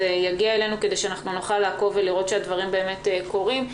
כדי שנוכל לעקוב ולראות שהדברים באמת קורים.